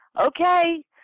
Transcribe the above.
okay